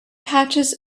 patches